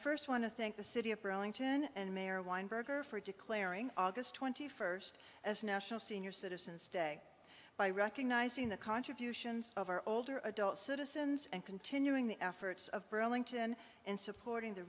first want to thank the city of bell inten and mayor weinberger for declaring august twenty first as national senior citizens day by recognizing the contributions of our older adult citizens and continuing the efforts of burlington and supporting the